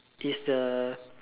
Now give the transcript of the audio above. is the